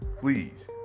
please